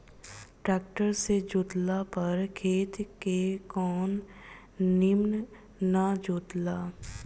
tractor से जोतला पर खेत के कोना निमन ना जोताला